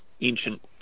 ancient